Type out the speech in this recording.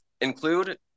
include